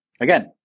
again